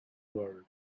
world